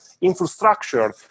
infrastructure